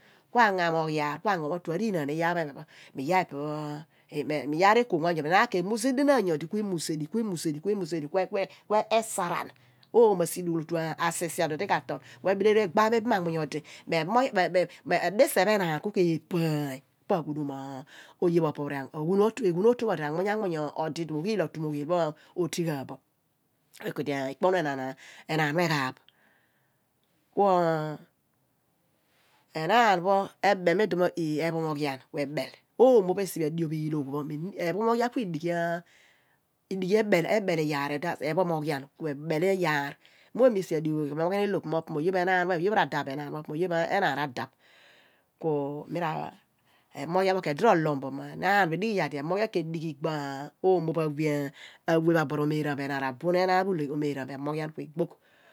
Ku amogh iyaar ku agnomo tue ariinani iyaar phe pho enaan ke muyedinam nyodi kue muye ku amuyedi ku esaaran oomo asisia odi ka tol ku ebile eru egbaam ibam anmuuny odi ima diseph pho enaan ku ke paany pa ghuduum oye pho opo pho eghun otu odi ogheel ogheel anmuuny pho odi gha bo ipe ku idi ikponu enaan pho eghaaph, enaan ebem mo ephomoghian ku ebel oomo diop pho iilogh ephomoghian ki ebel iyaar das ephomoghian ku ebel iyaar mo oomo isilu aghudam oye ku ephomoghian ilo po oye pho enaan radeph ku nira ephomoghian ku edi rolom enaan edigh yuar di ephomoghian ke digh igbo omo awe abuen omeraam bo enaan rabuen enaan pho kueraam bo ephanoghian kuegbogh